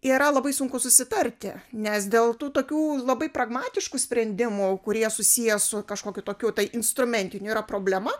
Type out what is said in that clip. yra labai sunku susitarti nes dėl tų tokių labai pragmatiškų sprendimų kurie susiję su kažkokiu tokiu tai instrumentiniu yra problema